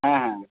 হ্যাঁ হ্যাঁ